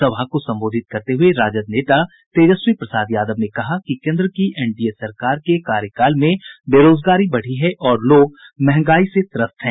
सभा को संबोधित करते हुए राजद नेता तेजस्वी प्रसाद यादव ने कहा कि केन्द्र की एनडीए सरकार के कार्यकाल में बेरोजगारी बढ़ी है और लोग महंगाई से त्रस्त हैं